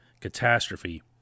catastrophe